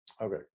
Okay